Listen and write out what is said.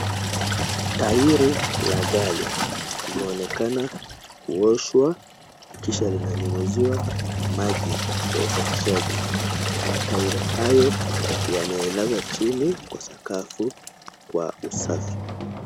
Tairi la gari linaonekana kuoshwa kisha linanyunyiziwa maji kwa usafishaji. Matairi hayo yamelazwa chini kwa sakafu kwa usafi.